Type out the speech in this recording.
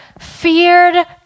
feared